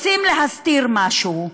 רוצים להסתיר משהו: